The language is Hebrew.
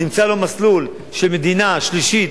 נמצא לו מסלול של מדינה שלישית,